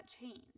change